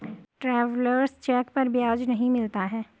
travellers cheque पर ब्याज नहीं मिलता है